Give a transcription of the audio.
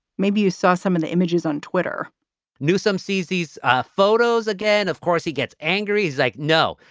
maybe you saw some of the images on twitter newsom sees these photos again. of course, he gets angry, is like, no,